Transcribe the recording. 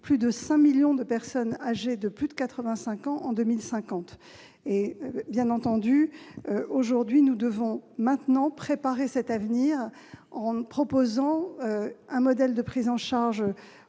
plus de 5 millions de personnes âgées de plus de 85 ans en 2050. Nous devons dès maintenant préparer cet avenir, en proposant un modèle de prise en charge